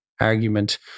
argument